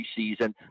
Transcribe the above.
preseason